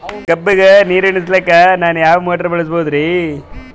ಕಬ್ಬುಗ ನೀರುಣಿಸಲಕ ನಾನು ಯಾವ ಮೋಟಾರ್ ಬಳಸಬಹುದರಿ?